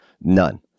none